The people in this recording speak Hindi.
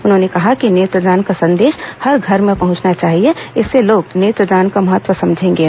उन्होंने कहा कि नेत्रदान का संदेश हर घर में पहुंचना चाहिए इससे लोग नेत्रदान का महत्व समझेंगे